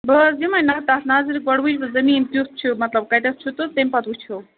بہٕ حظ یِمَے نہ تَتھ نظرِ گۄڈٕ وُچھ بہٕ زٔمیٖن کیُتھ چھُ مطلب کتٮ۪تھ چھُ تہٕ تٔمۍ پتہٕ وُچھو